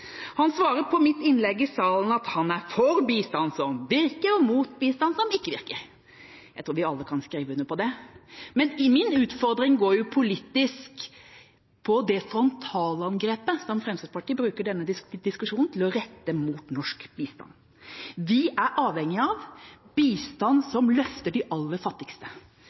Han svarer på mitt innlegg i salen at han er for bistand som virker, og imot bistand som ikke virker. Jeg tror vi alle kan skrive under på det. Min utfordring går politisk på det frontalangrepet som Fremskrittspartiet bruker denne diskusjonen til å rette mot norsk bistand. Vi er avhengige av bistand som løfter de aller fattigste.